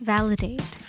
Validate